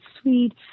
sweet